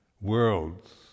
worlds